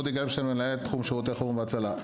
אני מנהל תחום שירותי חירום והצלה.